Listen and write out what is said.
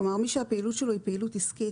כלומר מי שהפעילות שלו היא פעילות עסקית.